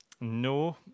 No